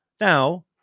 Now